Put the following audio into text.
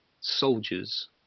soldiers